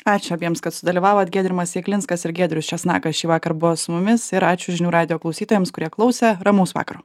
ačiū abiems kad sudalyvavot giedrimas jeglinskas ir giedrius česnakas šįvakar buvo su mumis ir ačiū žinių radijo klausytojams kurie klausė ramaus vakaro